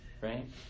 right